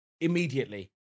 immediately